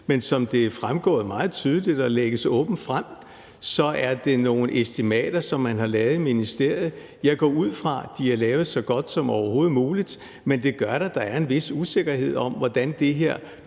Men som det er fremgået meget tydeligt og lægges åbent frem, er det nogle estimater, som man har lavet i ministeriet. Jeg går ud fra, de er lavet så godt som overhovedet muligt. Men det gør da, at der er en vis usikkerhed om, hvordan det her